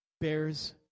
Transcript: bears